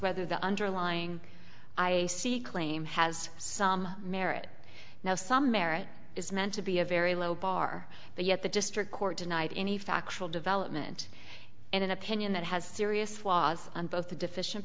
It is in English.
whether the underlying i see claim has some merit now some merit is meant to be a very low bar but yet the district court denied any factual development in an opinion that has serious flaws on both the deficient